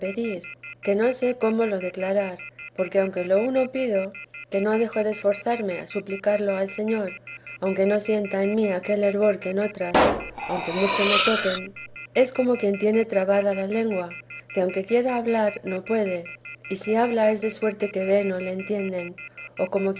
que no sé cómo lo declarar porque aunque lo uno pido que no dejo de esforzarme a suplicarlo al señor aunque no sienta en mí aquel fervor que en otras aunque mucho me toquen es como quien tiene trabada la lengua que aunque quiere hablar no puede y si habla es de suerte que ve que no lo entienden o